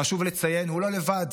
חשוב לציין: הוא לא לבד.